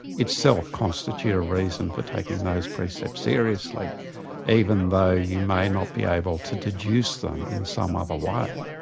itself constitute a reason for taking those precepts seriously even though you may not be able to deduce them in some other way.